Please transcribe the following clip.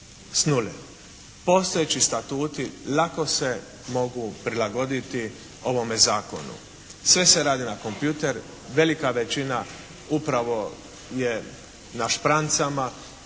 nule. Postojeći Statuti lako se mogu prilagoditi ovome zakonu. Sve se radi na kompjuter, velika većina upravo je na šprancama